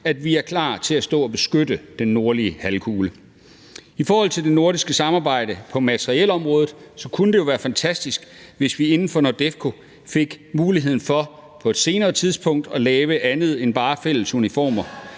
så vi er klar til at stå og beskytte den nordlige halvkugle. I forhold til det nordiske samarbejde på materielområdet kunne det jo være fantastisk, hvis vi inden for NORDEFCO fik muligheden for på et senere tidspunkt at lave andet end bare fælles uniformer,